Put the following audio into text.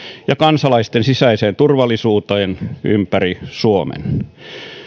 ja kansalaisten sisäiseen turvallisuuteen ympäri suomen